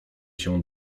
się